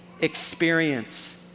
experience